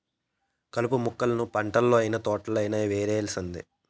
కలుపు మొక్కలను పంటల్లనైన, తోటల్లోనైన యేరేయాల్సిందే